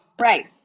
Right